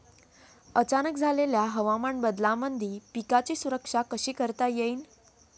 अचानक झालेल्या हवामान बदलामंदी पिकाची सुरक्षा कशी करता येईन?